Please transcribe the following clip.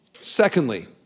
Secondly